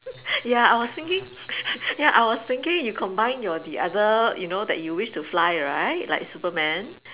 ya I was thinking ya I was thinking you combine your the other you know that you wish to fly right like Superman